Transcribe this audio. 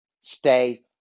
stay